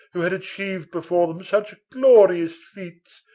who had achieved before them such glorious feats,